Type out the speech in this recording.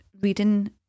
reading